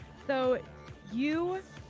so you